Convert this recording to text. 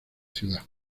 ciudad